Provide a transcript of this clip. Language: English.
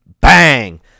Bang